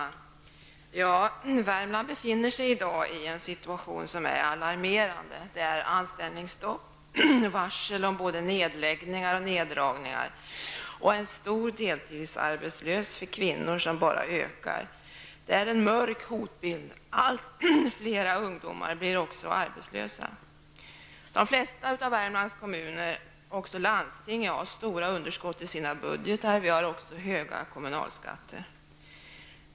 Herr talman! Värmland befinner sig i dag i en alarmerande situation. Anställningsstopp, varsel om både nedläggningar och neddragningar samt en stor deltidsarbetslöshet för kvinnor som bara ökar utgör mörka hotbilder. Allt fler ungdomar blir också arbetslösa. De flesta av Värmlands kommuner liksom landstinget har stora underskott i sina budgetar samtidigt som våra kommunal och landstingsskatter redan är mycket höga.